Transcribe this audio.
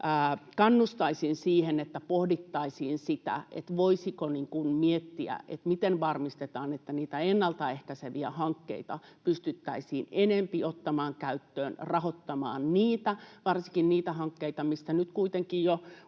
kannustaisin siihen, että pohdittaisiin, voisiko miettiä, miten varmistetaan, että niitä ennalta ehkäiseviä hankkeita pystyttäisiin enempi ottamaan käyttöön ja rahoittamaan niitä, varsinkin niitä hankkeita, mistä nyt kuitenkin jo